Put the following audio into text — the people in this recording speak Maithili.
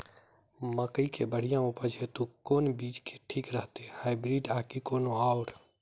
मकई केँ बढ़िया उपज हेतु केँ बीज ठीक रहतै, हाइब्रिड आ की कोनो आओर?